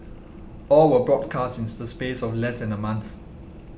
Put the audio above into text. all were broadcast in the space of less than a month